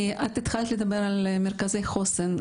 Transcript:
את התחלת לדבר על מרכזי חוסן.